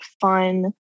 fun